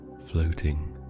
floating